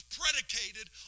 predicated